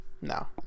no